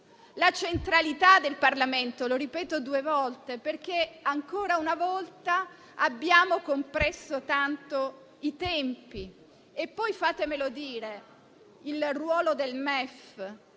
la centralità del Parlamento - perché ancora una volta abbiamo compresso tanto i tempi e poi - fatemelo dire - il ruolo del MEF.